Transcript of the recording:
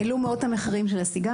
העלו מאוד את מחירי הסיגריות.